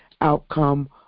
outcome